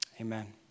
Amen